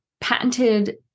patented